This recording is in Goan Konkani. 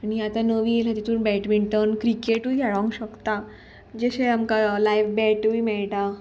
आनी आतां नवीन येला तितून बॅटमिंटन क्रिकेटूय खेळोंक शकता जशें आमकां लायव्ह बॅटूय मेळटा